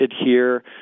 adhere